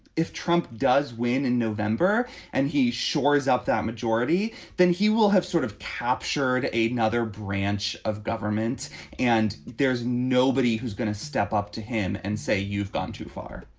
if trump does win in november and he shores up that majority, then he will have sort of captured a another branch of government and there's nobody who's going to step up to him and say, you've gone too far